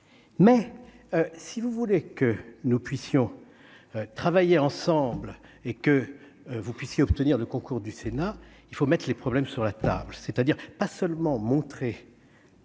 mais si vous voulez que nous puissions travailler ensemble et que vous puissiez obtenir de concours du Sénat, il faut mettre les problèmes sur la table, c'est-à-dire pas seulement montrer